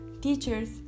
Teachers